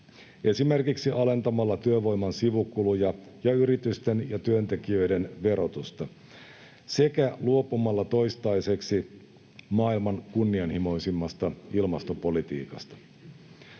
esimerkiksi alentamalla työvoiman sivukuluja ja yritysten ja työntekijöiden verotusta sekä luopumalla toistaiseksi maailman kunnianhimoisimmasta ilmastopolitiikasta.